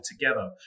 together